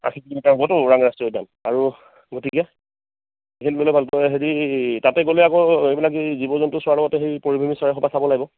আৰু সেই তিনিটা হ'বটো ওৰাং ৰাষ্ট্ৰীয় উদ্যান আৰু গতিকে সেইখিনি লৈ লোৱা ভাল তই হেৰি তাতে গ'লে আকৌ সেইবিলাক এই জীৱ জন্তু চোৱাৰ লগতে সেই পৰিভ্ৰমী চৰাই সোপা চাব লাগিব